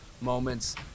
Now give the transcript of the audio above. moments